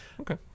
Okay